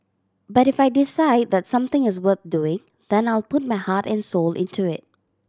but if I decide that something is worth doing then I'll put my heart and soul into it